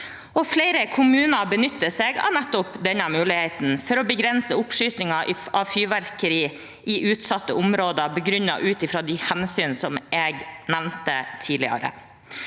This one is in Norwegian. Flere kommuner benytter seg av denne muligheten for å begrense oppskyting av fyrverkeri i utsatte områder – begrunnet ut fra de hensynene jeg nevnte tidligere.